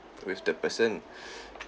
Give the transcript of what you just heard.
with the person